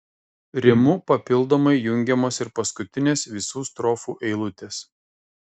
rimu papildomai jungiamos ir paskutinės visų strofų eilutės